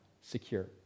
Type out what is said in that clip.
secure